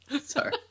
sorry